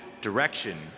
direction